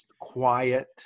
quiet